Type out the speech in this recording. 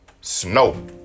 snow